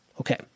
Okay